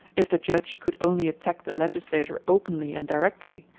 if the judge could only attack the legislator openly and directly,